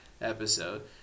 episode